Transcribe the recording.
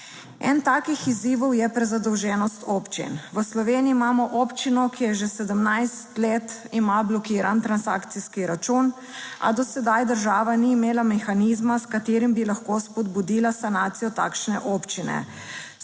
Eden takih izzivov je prezadolženost občin. V Sloveniji imamo občino, ki je že 17 let ima blokiran transakcijski račun. a do sedaj država ni imela mehanizma, s katerim bi lahko spodbudila sanacijo takšne občine.